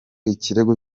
ikirego